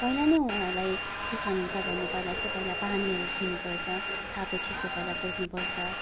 पहिला नै उहाँहरूलाई के खानुहुन्छ भन्नु पहिला चाहिँ पहिला पानीहरू दिनुपर्छ तातो चिसो पहिला सोध्नुपर्छ